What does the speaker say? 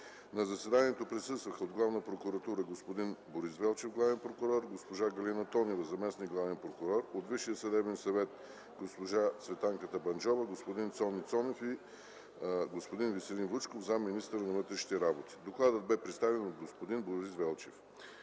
На заседанието присъстваха: от главна прокуратура – господин Борис Велчев, главен прокурор, госпожа Галина Тонева, заместник-главен прокурор; от Висшия съдебен съвет – госпожа Цветанка Табанджова, господин Цони Цонев, и господин Веселин Вучков – заместник-министър на вътрешните работи. Докладът бе представен от господин Борис Велчев.